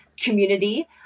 community